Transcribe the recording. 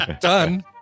done